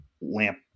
lamp